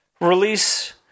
release